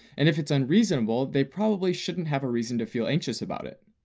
and if it's unreasonable, they probably shouldn't have a reason to feel anxious about it.